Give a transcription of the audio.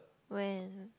when